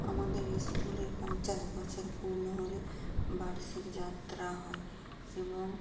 আমাদের স্কুলে পঞ্চাশ বছর পূর্ণ হলে বার্ষিক যাত্রা হয় এবং